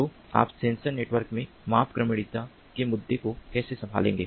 तो आप sensor network में मापक्रमणीयता के मुद्दे को कैसे संभालेंगे